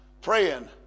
praying